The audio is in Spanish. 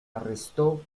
arrestó